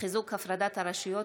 (חיזוק הפרדת הרשויות),